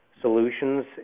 solutions